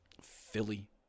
Philly